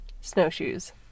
snowshoes